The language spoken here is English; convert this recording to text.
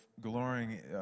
glorying